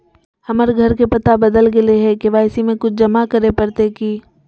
हमर घर के पता बदल गेलई हई, के.वाई.सी में कुछ जमा करे पड़तई की?